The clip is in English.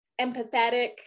empathetic